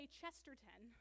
Chesterton